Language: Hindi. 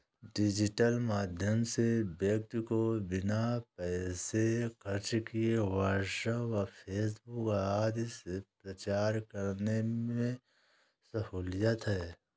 डिजिटल माध्यम से व्यक्ति को बिना पैसे खर्च किए व्हाट्सएप व फेसबुक आदि से प्रचार करने में सहूलियत है